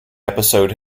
episode